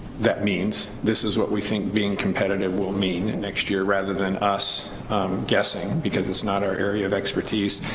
that means, this is what we think being competitive will mean and next year, rather than us guessing, because it's not our area of expertise,